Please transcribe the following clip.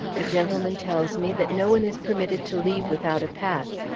a gentleman tells me that no one is permitted to leave without a pass,